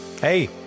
Hey